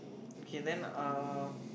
okay then uh